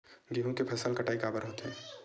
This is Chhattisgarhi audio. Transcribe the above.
गेहूं के फसल कटाई काबर होथे?